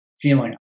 feeling